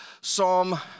Psalm